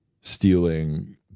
stealing